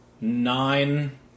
nine